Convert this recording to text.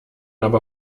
aber